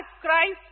Christ